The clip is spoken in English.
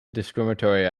discriminatory